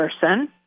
person